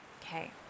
okay